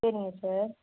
சரிங்க சார்